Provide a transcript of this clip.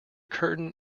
curtain